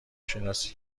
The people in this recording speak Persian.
شناسی